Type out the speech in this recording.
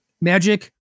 Magic